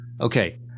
Okay